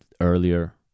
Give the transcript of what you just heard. earlier